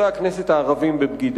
דרכה האשימו את חברי הכנסת הערבים בבגידה.